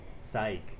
Psych